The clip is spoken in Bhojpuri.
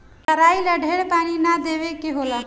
कराई ला ढेर पानी ना देवे के होला